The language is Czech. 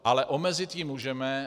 Ale omezit ji můžeme.